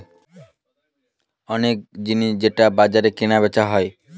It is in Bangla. অনেক জিনিস যেটা বাজারে কেনা বেচা হয়